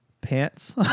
pants